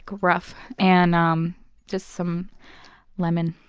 rough, and um just some lemon.